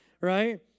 right